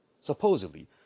supposedly